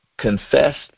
confessed